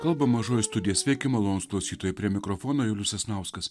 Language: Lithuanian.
kalba mažoji studija sveiki malonūs klausytojai prie mikrofono julius sasnauskas